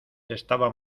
estaba